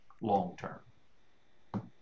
long-term